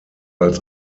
als